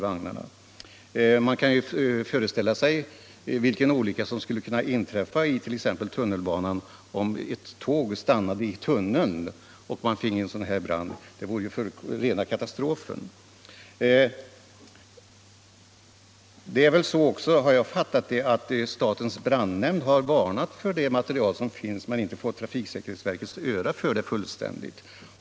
Jag kan föreställa mig vilken olycka som skulle kunna inträffa om t.ex. ett tunnelbanetåg stannade i en tunnel och det blev en sådan här brand. Det vore en ren katastrof. Som jag har fattat det har statens brandnämnd varnat för de material som finns utan att få trafiksäkerhetsverkets öra för det fullständigt.